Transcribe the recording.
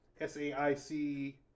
SAIC